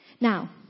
Now